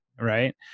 right